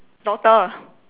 doctor